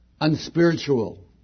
unspiritual